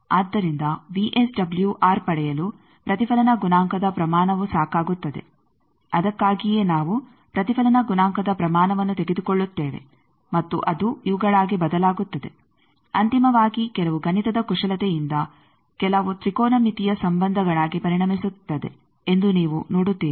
ಆದ್ದರಿಂದ ವಿಎಸ್ಡಬ್ಲ್ಯೂಆರ್ ಪಡೆಯಲು ಪ್ರತಿಫಲನ ಗುಣಾಂಕದ ಪ್ರಮಾಣವು ಸಾಕಾಗುತ್ತದೆ ಅದಕ್ಕಾಗಿಯೇ ನಾವು ಪ್ರತಿಫಲನ ಗುಣಾಂಕದ ಪ್ರಮಾಣವನ್ನು ತೆಗೆದುಕೊಳ್ಳುತ್ತೇವೆ ಮತ್ತು ಅದು ಇವುಗಳಾಗಿ ಬದಲಾಗುತ್ತದೆ ಅಂತಿಮವಾಗಿ ಕೆಲವು ಗಣಿತದ ಕುಶಲತೆಯಿಂದ ಕೆಲವು ತ್ರಿಕೋನಮಿತಿಯ ಸಂಬಂಧಗಳಾಗಿ ಪರಿಣಮಿಸುತ್ತದೆ ಎಂದು ನೀವು ನೋಡುತ್ತೀರಿ